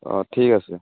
অঁ ঠিক আছে